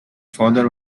father